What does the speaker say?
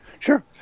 Sure